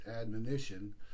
admonition